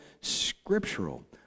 scriptural